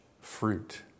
fruit